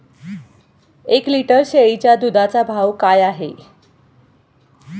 एक लिटर शेळीच्या दुधाचा भाव काय आहे?